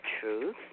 truth